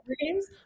games